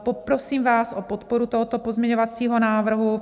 Poprosím vás o podporu tohoto pozměňovacího návrhu.